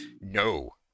No